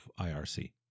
IRC